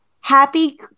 happy